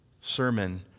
sermon